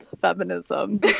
feminism